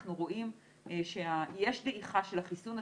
אנחנו רואים שיש דעיכה של החיסון,